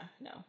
No